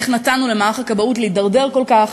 איך נתנו למערך הכבאות להידרדר כל כך.